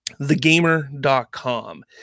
thegamer.com